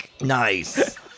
Nice